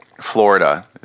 florida